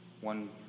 one